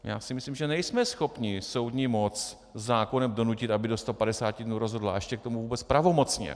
Já si myslím, že nejsme schopni soudní moc zákonem donutit, aby do 150 dnů rozhodla, a ještě k tomu vůbec pravomocně.